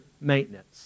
maintenance